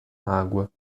água